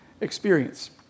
experience